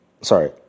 sorry